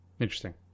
Interesting